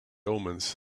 omens